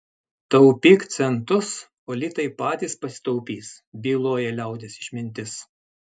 taupyk centus o litai patys pasitaupys byloja liaudies išmintis